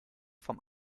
vom